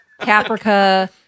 Caprica